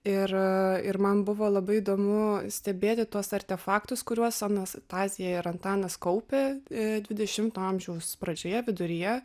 ir ir man buvo labai įdomu stebėti tuos artefaktus kuriuos anastazija ir antanas kaupė i dvidešimto amžiaus pradžioje viduryje